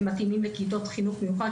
הם מתאימים לכיתות חינוך מיוחד,